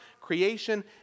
creation